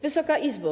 Wysoka Izbo!